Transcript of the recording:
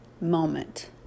moment